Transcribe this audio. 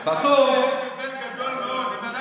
יש הבדל גדול מאוד בין,